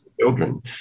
children